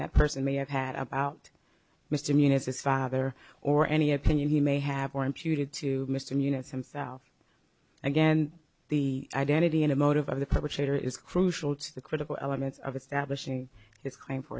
that person may have had about mr munis is father or any opinion he may have or imputed to mr units himself again the identity in a motive of the perpetrator is crucial to the critical elements of establishing his claim for